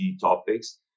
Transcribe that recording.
topics